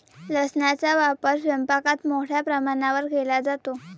लसणाचा वापर स्वयंपाकात मोठ्या प्रमाणावर केला जातो